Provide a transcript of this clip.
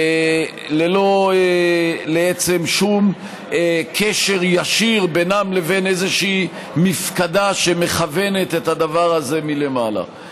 ללא שום קשר ישיר בינם לבין איזושהי מפקדה שמכוונת את הדבר הזה מלמעלה.